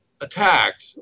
attacked